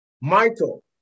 Michael